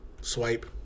swipe